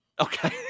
Okay